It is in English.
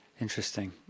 Interesting